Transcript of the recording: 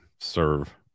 serve